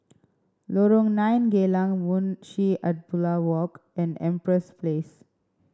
Lorong Nine Geylang Munshi Abdullah Walk and Empress Place